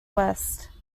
west